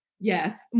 Yes